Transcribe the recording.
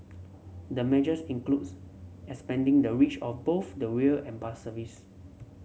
the measures includes expanding the reach of both the rail and bus service